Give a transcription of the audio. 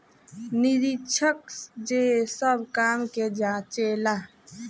निरीक्षक जे सब काम के जांचे ला